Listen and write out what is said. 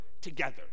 together